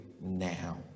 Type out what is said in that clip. now